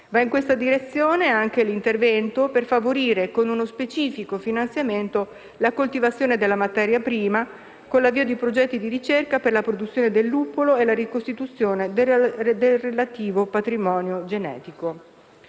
Va in questa direzione anche l'intervento per favorire, con uno specifico finanziamento, la coltivazione della materia prima, con l'avvio di progetti di ricerca per la produzione del luppolo e la ricostituzione del relativo patrimonio genetico.